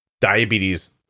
diabetes